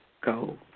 go